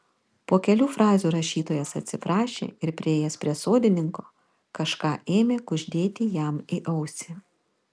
po kelių frazių rašytojas atsiprašė ir priėjęs prie sodininko kažką ėmė kuždėti jam į ausį